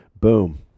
Boom